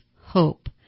hope